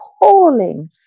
appalling